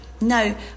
No